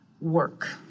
work